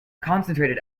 concentrated